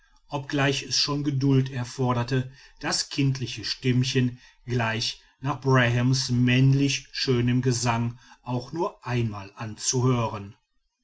obgleich es schon geduld erforderte das kindliche stimmchen gleich nach brahams männlich schönem gesange auch nur einmal anzuhören